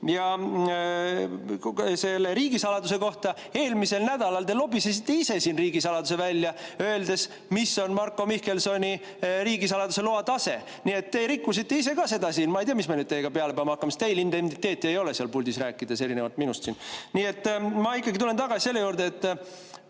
Selle riigisaladuse kohta – eelmisel nädalal te lobisesite ise siin riigisaladuse välja, öeldes, mis on Marko Mihkelsoni riigisaladuse loa tase. Nii et teie rikkusite ise ka seda siin. Ma ei tea, mis me teiega nüüd peale peame hakkama – teil indemniteeti ei ole seal puldis rääkides, erinevalt minust. Nii et ma ikkagi tulen tagasi selle juurde, et